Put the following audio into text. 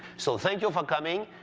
so thank you for coming,